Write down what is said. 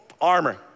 armor